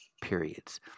periods